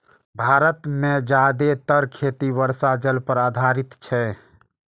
भारत मे जादेतर खेती वर्षा जल पर आधारित छै